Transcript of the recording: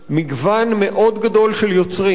מגוון מאוד גדול של יוצרים,